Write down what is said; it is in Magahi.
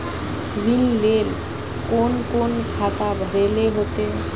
ऋण लेल कोन कोन खाता भरेले होते?